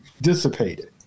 dissipated